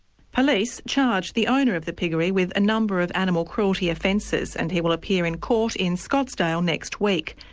police charged the owner of the piggery with a number of animal cruelty offences and he will appear in court in scotsdale next week.